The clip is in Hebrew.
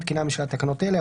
מתקינה הממשלה תקנות אלה: